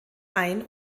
ein